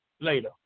later